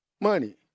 money